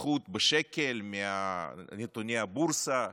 מהפיחות בשקל, מנתוני הבורסה,